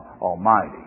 Almighty